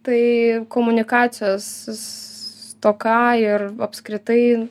tai komunikacijos stoka ir apskritai